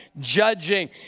judging